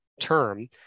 term